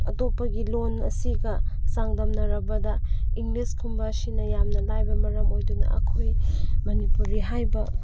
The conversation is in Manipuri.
ꯑꯇꯣꯞꯄꯒꯤ ꯂꯣꯟ ꯑꯁꯤꯒ ꯆꯥꯡꯗꯝꯅꯔꯕꯗ ꯏꯪꯂꯤꯁꯀꯨꯝꯕꯁꯤꯅ ꯌꯥꯝꯅ ꯂꯥꯏꯕ ꯃꯔꯝ ꯑꯣꯏꯗꯨꯅ ꯑꯩꯈꯣꯏ ꯃꯅꯤꯄꯨꯔꯤ ꯍꯥꯏꯕ